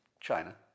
China